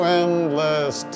endless